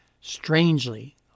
Strangely